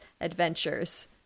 adventures